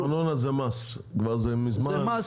ארנונה זה מס כבר מזמן, זה לא על שירות.